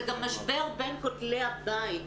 זה גם משבר בין כותלי הבית,